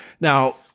Now